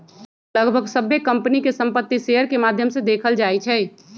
लगभग सभ्भे कम्पनी के संपत्ति शेयर के माद्धम से देखल जाई छई